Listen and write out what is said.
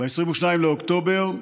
ב-22 באוקטובר,